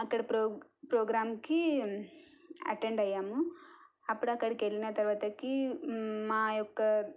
అక్కడ ప్రొగ్ ప్రోగ్రాంకి అటెండ్ అయ్యాము అప్పుడు అక్కడికి వెళ్ళిన తరువాతకి మాయెుక్క